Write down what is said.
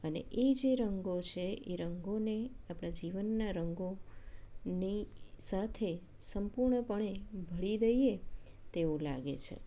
અને એ જે રંગો છે એ રંગોને આપણા જીવનના રંગોને સાથે સંપૂર્ણપણે ભેળવી દઈએ તેવું લાગે છે